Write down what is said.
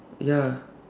ya